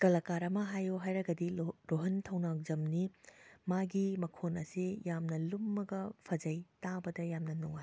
ꯀꯂꯥꯀꯥꯔ ꯑꯃ ꯍꯥꯏꯌꯣ ꯍꯥꯏꯔꯒꯗꯤ ꯔꯣꯍꯟ ꯊꯧꯅꯥꯎꯖꯝꯅꯤ ꯃꯥꯒꯤ ꯃꯈꯣꯟ ꯑꯁꯤ ꯌꯥꯝꯅ ꯂꯨꯝꯃꯒ ꯐꯖꯩ ꯇꯥꯕꯗ ꯌꯥꯝꯅ ꯅꯨꯡꯉꯥꯏ